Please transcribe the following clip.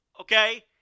okay